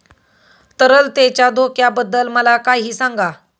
तरलतेच्या धोक्याबद्दल मला काही सांगा